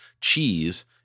cheese